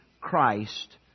Christ